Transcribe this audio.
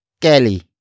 kelly